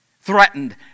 threatened